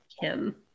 Kim